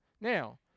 Now